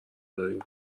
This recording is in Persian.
داریم